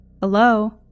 Hello